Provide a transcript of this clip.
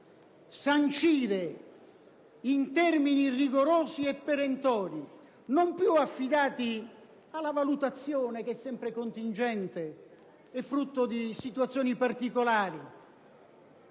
sancire in termini rigorosi e perentori, non più affidati alla valutazione, che è sempre contingente e frutto di situazioni particolari,